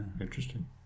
Interesting